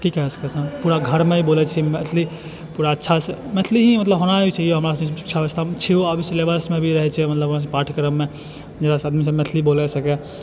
की कहए सकै छिए पूरा घरमे ही बोलै छिए मैथिली पूरा अच्छासँ मैथिली ही मतलब होना ही छै हमरा सबके शिक्षा व्यवस्थामे छिऔ आब सिलेबसमे भी रहै छै मतलब हमरा सबके पाठ्यक्रममे जकरासँ आदमी सब मैथिली बोलि सकै